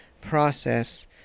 process